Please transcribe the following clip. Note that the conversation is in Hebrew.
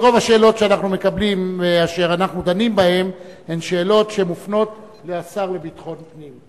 כי רוב השאלות אשר אנחנו דנים בהן הן שאלות שמופנות לשר לביטחון פנים,